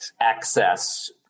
access